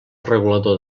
regulador